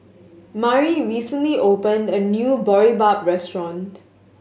Mari recently opened a new Boribap restaurant